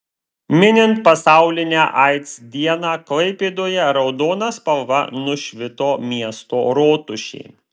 minint pasaulinę aids dieną klaipėdoje raudona spalva nušvito miesto rotušė